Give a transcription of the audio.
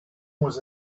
was